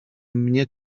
mnie